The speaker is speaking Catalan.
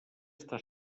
està